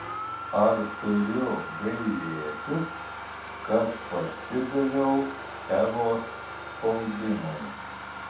ar turiu gailėtis kad pasidaviau evos spaudimui